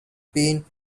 been